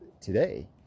today